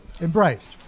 embraced